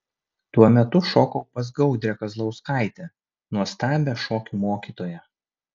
tuo metu šokau pas gaudrę kazlauskaitę nuostabią šokių mokytoją